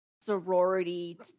sorority